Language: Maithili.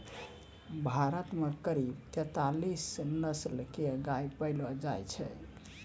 भारत मॅ करीब तेतालीस नस्ल के गाय पैलो जाय छै